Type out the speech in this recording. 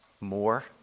more